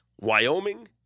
Wyoming